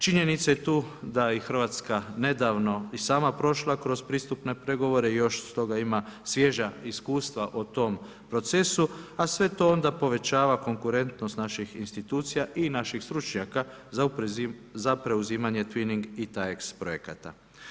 Činjenica je tu da je i Hrvatska nedavno i sama prošla kroz pristupne pregovore i još s toga ima svježa iskustva o tome procesu, a sve to onda povećava konkurentnost naših institucija i naših stručnjaka za preuzimanje twinning i taiex projekata.